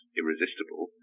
irresistible